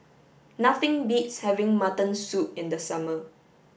nothing beats having mutton soup in the summer